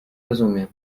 rozumiem